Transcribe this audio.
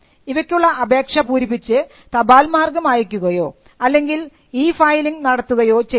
ഇവക്കുള്ള അപേക്ഷ പൂരിപ്പിച്ച് തപാൽമാർഗം അയക്കുകയോ അല്ലെങ്കിൽ ഇ ഫയലിംഗ് നടത്തുകയോ ചെയ്യാം